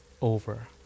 over